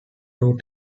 two